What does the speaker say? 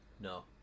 No